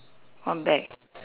one bag